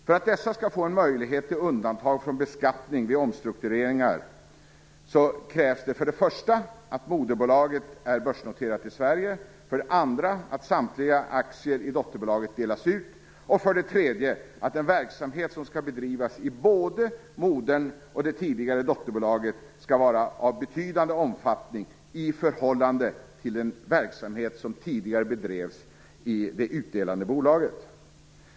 För att dessa skall få möjlighet till undantag från beskattningen vid omstruktureringar krävs för det första att moderbolaget är börsnoterat i Sverige, för det andra att samtliga aktier i dotterbolaget delas ut och för det tredje att den verksamhet som skall bedrivas i både moder och det tidigare dotterbolaget skall vara av betydande omfattning i förhållande till den verksamhet som tidigare bedrevs i det utdelande bolaget.